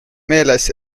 meeles